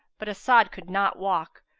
but as'ad could not walk,